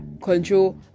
control